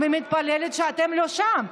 ומתפללת שאתם לא שם.